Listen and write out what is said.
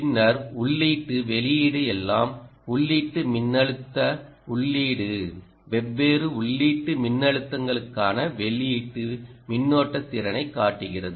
பின்னர் உள்ளீட்டு வெளியீடு எல்லாம் உள்ளீட்டு மின்னழுத்த உள்ளீடு வெவ்வேறு உள்ளீட்டு மின்னழுத்தங்களுக்கான வெளியீட்டு மின்னோட்டத் திறனைக் காட்டுகிறது